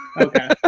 Okay